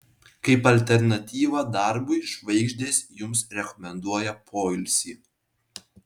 kaip alternatyvą darbui žvaigždės jums rekomenduoja poilsį